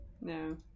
No